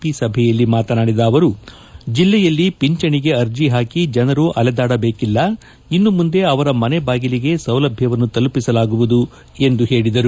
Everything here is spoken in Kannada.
ಪಿ ಸಭೆಯಲ್ಲಿ ಮಾತನಾಡಿದ ಅವರು ಜಿಲ್ಲೆಯಲ್ಲಿ ಪಿಂಚಣಿಗೆ ಅರ್ಜಿ ಹಾಕಿ ಜನರು ಅಲೆದಾಡಬೇಕಿಲ್ಲ ಇನ್ನು ಮುಂದೆ ಅವರ ಮನೆಬಾಗಿಲಿಗೆ ಸೌಲಭ್ಯವನ್ನು ತಲುಪಿಸಲಾಗುವುದು ಎಂದು ಹೇಳಿದರು